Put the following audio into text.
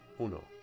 Uno